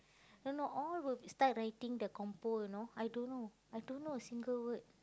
you know all will start writing the compo you know I don't know I don't know a single word